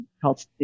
called